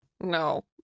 no